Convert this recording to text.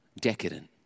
decadent